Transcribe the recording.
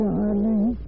Darling